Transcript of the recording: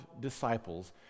disciples